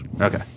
Okay